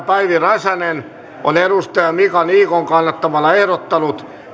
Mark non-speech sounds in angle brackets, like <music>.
<unintelligible> päivi räsänen on mika niikon kannattamana ehdottanut